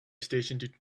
station